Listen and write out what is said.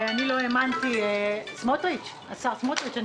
השר סמוטריץ',